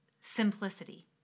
simplicity